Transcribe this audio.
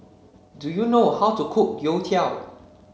do you know how to cook Youtiao